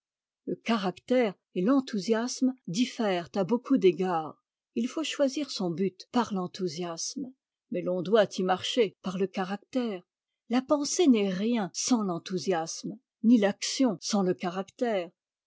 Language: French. le caractère et t'enthousiasme diffèrent à beaucoup d'égards il faut choisir son but par l'enthoùsiasme mais l'on doit y marcher par le caractère la pensée n'est rien sans l'enthousiasme ni l'action sans le caractère